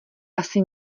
asi